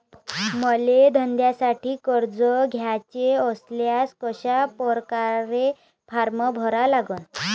मले धंद्यासाठी कर्ज घ्याचे असल्यास कशा परकारे फारम भरा लागन?